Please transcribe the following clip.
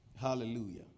Hallelujah